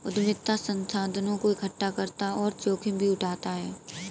उद्यमिता संसाधनों को एकठ्ठा करता और जोखिम भी उठाता है